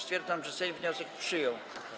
Stwierdzam, że Sejm wniosek przyjął.